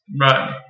Right